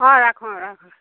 হয় ৰাখোঁ ৰাখোঁ